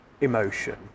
emotion